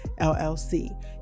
LLC